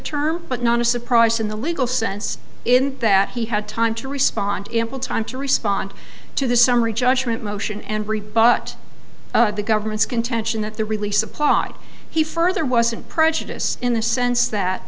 term but not a surprise in the legal sense in that he had time to respond ample time to respond to the summary judgment motion and rebut the government's contention that the release applied he further wasn't prejudice in the sense that